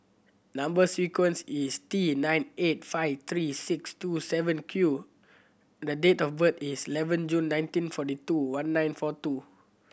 number sequence is T nine eight five three six two seven Q and date of birth is eleven June nineteen forty two one nine four two